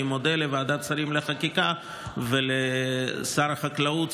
אני מודה לוועדת השרים לחקיקה ולשר החקלאות,